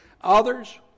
others